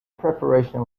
preparation